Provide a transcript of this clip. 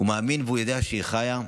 הוא מאמין והוא יודע שהיא חיה,